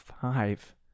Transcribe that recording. five